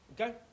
Okay